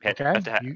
Okay